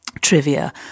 trivia